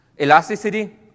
Elasticity